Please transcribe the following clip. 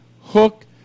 hook